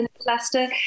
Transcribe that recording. Cluster